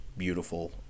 beautiful